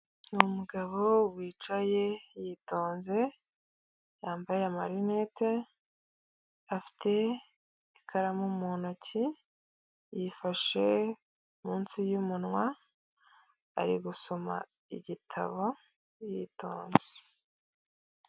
Ni umugabo wicaye yitonze, yambaye amarinete, afite ikaramu mu ntoki, yifashe munsi y'umunwa, ari gusoma igitabo yitonze.